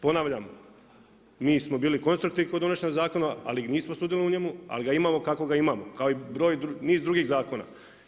Ponavljam, mi smo bili konstruktivni kod donošenja zakona ali nismo sudjelovali u njemu, ali ga imamo kako ga imamo kao i niz drugih zakona.